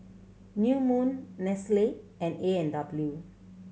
New Moon Nestle and A and W